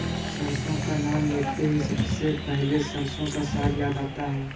सरसों का नाम लेते ही सबसे पहले सरसों का साग याद आता है